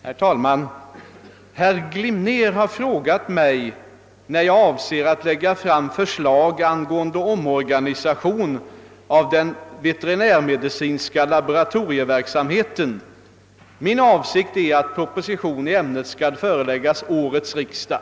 Herr talman! Herr Glimnér har frågat mig, när jag avser att lägga fram förslag angående omorganisation av den veterinärmedicinska laboratorieverksamheten. Min avsikt är att proposition i ämnet skall föreläggas årets riksdag.